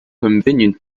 convenient